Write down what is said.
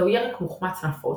זהו ירק מוחמץ נפוץ,